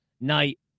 night